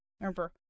Remember